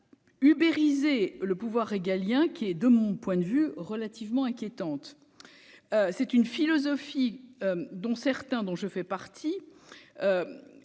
à ubérisés le pouvoir régalien qui est de mon point de vue relativement inquiétante, c'est une philosophie dont certains dont je fais partie,